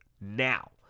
Now